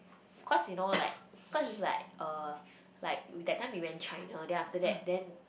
cause you know like cause it's like uh like we that time we went China then after that then